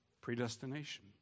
Predestination